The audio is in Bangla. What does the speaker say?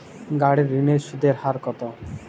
গাড়ির ঋণের সুদের হার কতো?